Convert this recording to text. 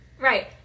Right